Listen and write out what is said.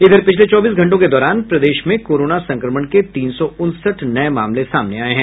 इधर पिछले चौबीस घंटों के दौरान प्रदेश में कोरोना संक्रमण के तीन सौ उनसठ नये मामले सामने आये हैं